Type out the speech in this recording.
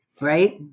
Right